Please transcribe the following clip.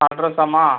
அட்ரெஸ்ஸாம்மா